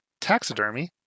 taxidermy